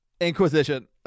Inquisition